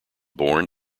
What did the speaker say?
born